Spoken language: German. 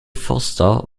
foster